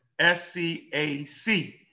SCAC